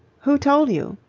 who told you?